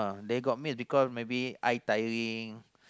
they got miss because maybe eye tiring